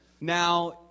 Now